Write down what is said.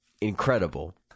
incredible